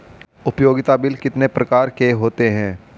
उपयोगिता बिल कितने प्रकार के होते हैं?